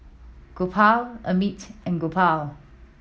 Gopal Amit and Gopal